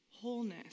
wholeness